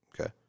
okay